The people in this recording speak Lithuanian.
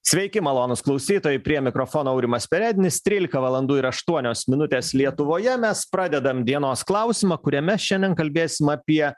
sveiki malonūs klausytojai prie mikrofono aurimas perednis trylika valandų ir aštuonios minutės lietuvoje mes pradedam dienos klausimą kuriame šiandien kalbėsim apie